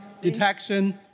detection